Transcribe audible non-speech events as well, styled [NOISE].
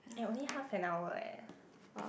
eh only half an hour leh [BREATH]